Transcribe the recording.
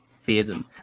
theism